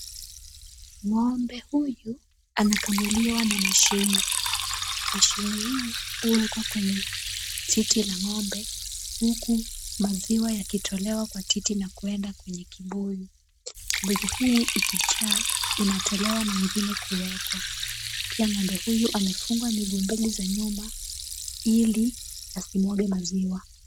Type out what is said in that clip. Ng'ombe huyu, anakamuliwa na mashini , mashini hii, huekwa kwa titi la ng'ombe, huku, maziwa yakitolewa kwenye titi na kwenda kwenye kibuyu, kibuyu hii ikijaa, inatolewa na ingine kuekwa, pia ngombe huyu amefungwa miguu mbili za nyuma, ili, asimwage maziwa.